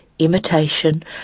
Imitation